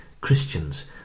Christians